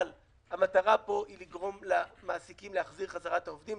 אבל המטרה פה היא לגרום למעסיקים להחזיר חזרה את העובדים,